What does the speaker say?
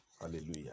Hallelujah